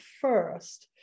first